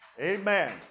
Amen